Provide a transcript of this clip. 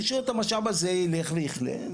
פשוט המשאב הזה ילך ויכלה,